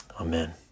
Amen